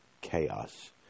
chaos